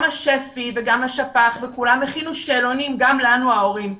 גם השפ"י וגם השפ"ח וכולם הכינו שאלונים גם לנו ההורים.